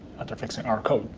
after fixing our code,